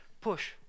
push